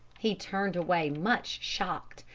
he turned away much shocked,